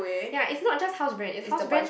ya is not just hose brand is house brand